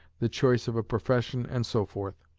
the choice of a profession, and so forth.